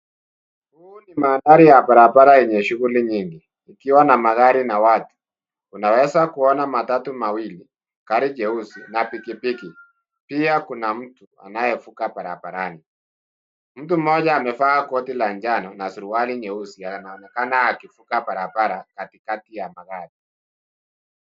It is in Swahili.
Hii ni mandhari ya barabara yenye shughuli nyingi, ikiwa na magari na watu. Unaweza kuona matatu mawili, gari jeusi na pikipiki. Pia kuna mtu anayevuka barabarani. Mtu mmoja amevaa koti la njano na suruali nyeusi anaonekana akivuka barabara katikati ya magari.